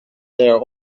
their